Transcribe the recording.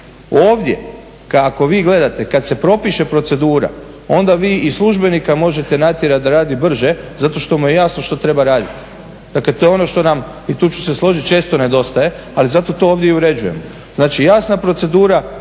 Ovdje kako vi gledate kad se propiše procedura onda vi i službenika možete natjerati da radi brže zato što mu je jasno što treba raditi. Dakle, to je ono što nam, i tu ću se složiti, često nedostaje ali zato to ovdje i uređujemo. Znači, jasna procedura